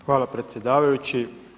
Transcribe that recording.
Hvala predsjedavajući.